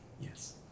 Yes